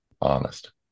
honest